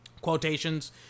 quotations